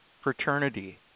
fraternity